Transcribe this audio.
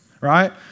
right